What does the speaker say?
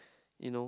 you know